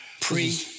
Pre